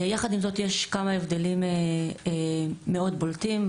יחד עם זאת, יש כמה הבדלים מאוד בולטים.